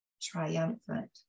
triumphant